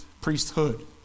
priesthood